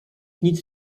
nic